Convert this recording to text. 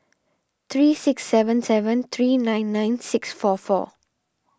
three six seven seven three nine nine six four four